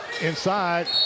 inside